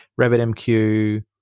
RabbitMQ